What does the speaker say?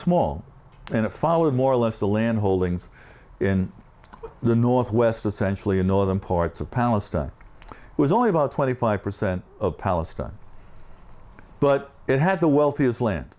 small in a fall of more or less the land holdings in the northwest essentially in northern parts of palestine it was only about twenty five percent of palestine but it had the wealthiest land